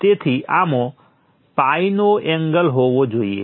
તેથી આમાં pi નો એંગલ હોવો જોઈએ